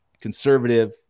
conservative